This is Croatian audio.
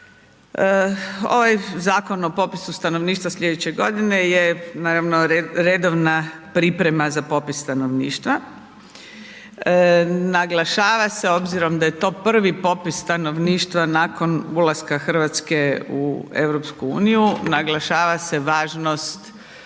Ovaj Zakon o popisu stanovništva slijedeće godine je naravno redovna priprema za popis stanovništva. Naglašava se obzirom da je to prvi popis stanovništva nakon ulaska RH u EU, naglašava se važnost